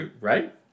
Right